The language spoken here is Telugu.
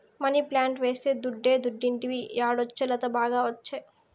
మనీప్లాంట్ వేస్తే దుడ్డే దుడ్డంటివి యాడొచ్చే లత, బాగా ఒచ్చే